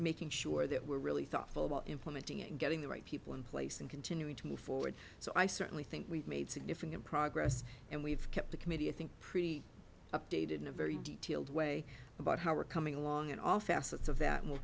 making sure that we're really thoughtful about implementing and getting the right people in place and continuing to move forward so i certainly think we've made significant progress and we've kept the committee i think pretty updated in a very detailed way about how we're coming along in all facets of that